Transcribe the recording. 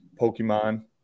Pokemon